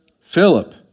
Philip